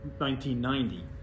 1990